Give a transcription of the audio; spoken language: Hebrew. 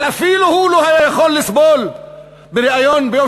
אבל אפילו הוא לא היה יכול לסבול בריאיון ביום